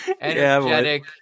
energetic